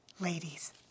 Ladies